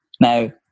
Now